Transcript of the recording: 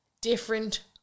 Different